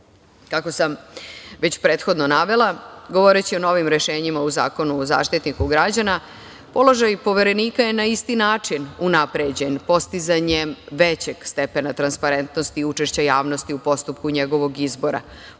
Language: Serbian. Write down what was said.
sam već prethodno navela, govoreći o novim rešenjima u Zakonu o Zaštitniku građana položaj Poverenika je na isti način unapređen postizanjem većeg stepena transparentnosti, učešće javnosti u postupku njegovog izbora,